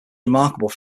remarkable